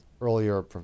earlier